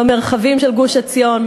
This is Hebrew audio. במרחבים של גוש-עציון,